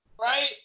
Right